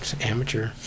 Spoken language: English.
amateur